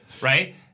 Right